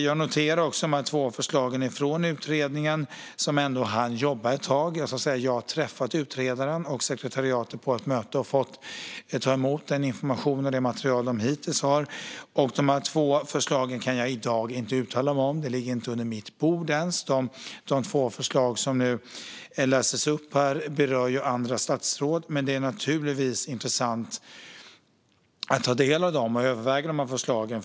Jag noterar de två förslagen från utredningen, som ändå hann jobba ett tag. Jag har träffat utredaren och sekretariatet på ett möte och har fått ta emot den information och det material som de gjort hittills. Jag kan inte uttala mig om de två förslagen i dag. Det ligger inte ens på mitt bord. Förslagen som lästes upp berör andra statsråd. Men det är naturligtvis intressant att ta del av och att överväga förslagen.